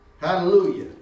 Hallelujah